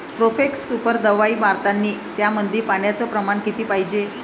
Profex super दवाई मारतानी त्यामंदी पान्याचं प्रमाण किती पायजे?